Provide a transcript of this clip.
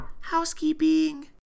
Housekeeping